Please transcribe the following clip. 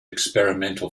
experimental